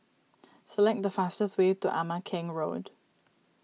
select the fastest way to Ama Keng Road